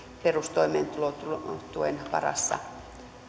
perustoimeentulotuen varassa